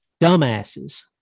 dumbasses